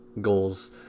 goals